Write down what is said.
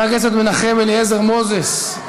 חבר הכנסת מנחם אליעזר מוזס,